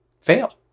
fail